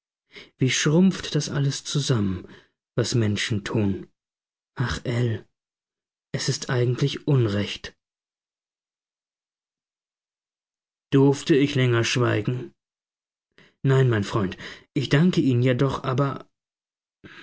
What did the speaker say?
wie schrumpft das alles zusammen was menschen tun ach ell es ist eigentlich unrecht durfte ich länger schweigen nein mein freund ich danke ihnen ja doch aber